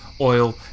oil